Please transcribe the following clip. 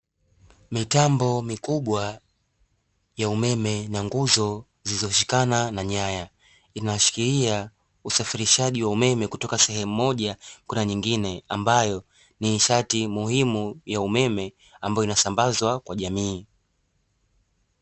Mitambo mikubwa ya umeme na nguzo zilizoshikana na nyaya, inaashiria usafirishaji wa umeme kutoka sehemu moja kwenda nyingine ambayo ni nishati muhimu ya umeme ambayo inasambazwa kwa jamii.